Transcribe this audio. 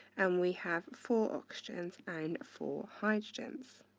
and we have four oxygens and four hydrogens,